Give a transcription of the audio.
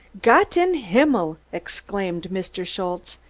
gott in himmel! exclaimed mr. schultze,